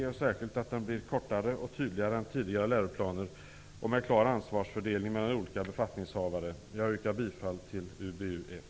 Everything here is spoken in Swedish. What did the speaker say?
Särskilt bra är det att den blir kortare och tydligare än tidigare läroplaner och att det finns en klar ansvarsfördelning mellan olika befattningshavare. Jag yrkar bifall till hemställan i